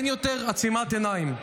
אין יותר עצימת עיניים.